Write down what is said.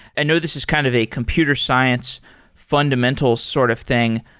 i know this is kind of a computer science fundamental sort of thing,